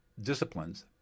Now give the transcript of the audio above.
disciplines